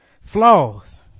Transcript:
flaws